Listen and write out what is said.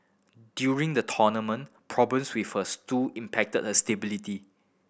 during the tournament problems with her stool impacted her stability